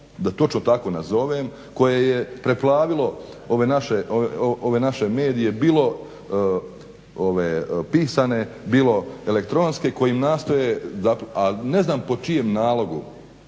da točno tako nazovem koje je preplavilo ove naše medije bilo pisane bilo elektronske koji nastoje, a ne znam po čijem nalogu